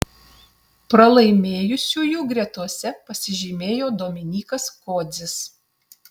pralaimėjusiųjų gretose pasižymėjo dominykas kodzis